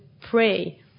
pray